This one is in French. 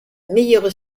meilleure